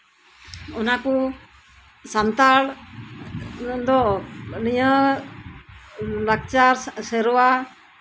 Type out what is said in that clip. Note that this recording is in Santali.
ᱚᱱᱟ ᱠᱚ ᱥᱟᱱᱛᱟᱲ ᱫᱚ ᱱᱤᱭᱟᱹ ᱞᱟᱠᱪᱟᱨ ᱥᱮᱨᱣᱟ